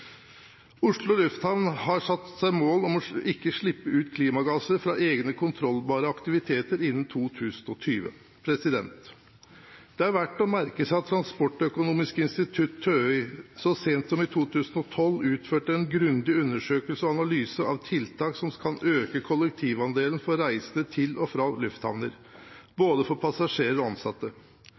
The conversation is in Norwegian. Oslo Lufthavn har satt seg mål om ikke å slippe ut klimagasser fra egne kontrollbare aktiviteter innen 2020. Det er verdt å merke seg at Transportøkonomisk institutt, TØI, så sent som i 2012 utførte en grundig undersøkelse og analyse av tiltak som kan øke kollektivandelen for reisende til og fra lufthavner, både for passasjerer og ansatte.